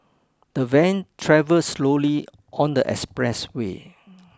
the van travelled slowly on the expressway